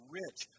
rich